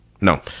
no